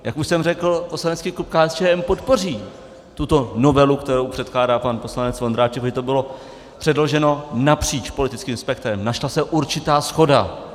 Jak už jsem řekl, poslanecký klub KSČM podpoří tuto novelu, kterou předkládá pan poslanec Vondráček, aby to bylo předloženo napříč politickým spektrem, našla se určitá shoda.